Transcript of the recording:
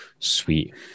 sweet